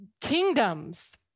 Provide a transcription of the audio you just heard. kingdoms